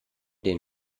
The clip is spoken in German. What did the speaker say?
den